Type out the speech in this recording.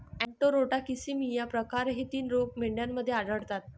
enterotoxaemia प्रकार हे तीन रोग मेंढ्यांमध्ये आढळतात